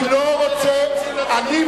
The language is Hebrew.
אני לא רוצה, אני לא רוצה.